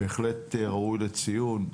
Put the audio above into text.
בהחלט ראוי לציון.